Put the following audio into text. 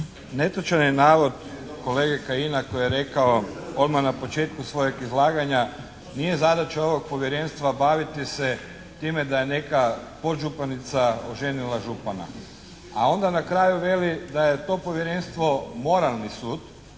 Netočan je navod kolege Kajina koji je rekao odmah na početku svojeg izlaganja. Nije zadaća ovog Povjerenstva baviti se time da je neka podžupanica oženila župana. A onda na kraju veli da je to Povjerenstvo moralni sud.